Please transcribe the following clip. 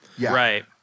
Right